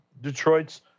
Detroit's